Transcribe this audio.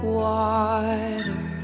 water